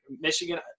Michigan